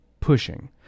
pushing